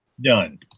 done